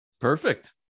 Perfect